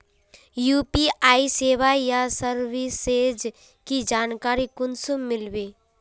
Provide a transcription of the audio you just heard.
UPI सेवाएँ या services की जानकारी कुंसम मिलबे?